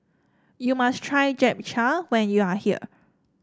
you must try Japchae when you are here